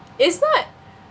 it's not